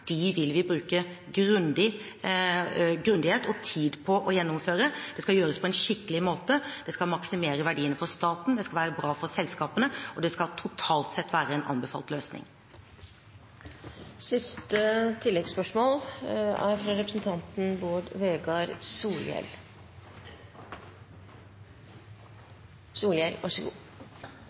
vil vi bruke grundighet og tid på. Det skal gjøres på en skikkelig måte. Det skal maksimere verdiene for staten, det skal være bra for selskapene, og det skal totalt sett være en anbefalt